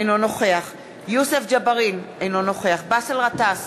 אינו נוכח יוסף ג'בארין, אינו נוכח באסל גטאס,